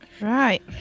Right